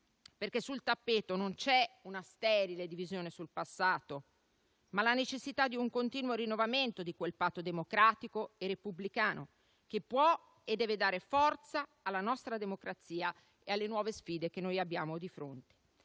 Sul tappeto c'è non una sterile divisione sul passato, ma la necessità di un continuo rinnovamento di quel patto democratico e repubblicano che può e deve dare forza alla nostra democrazia e alle nuove sfide che abbiamo di fronte.